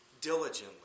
diligently